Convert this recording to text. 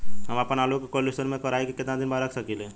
हम आपनआलू के कोल्ड स्टोरेज में कोराई के केतना दिन बाद रख साकिले?